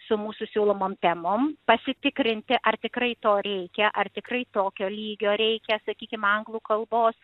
su mūsų siūlomam temom pasitikrinti ar tikrai to reikia ar tikrai tokio lygio reikia sakykim anglų kalbos